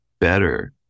better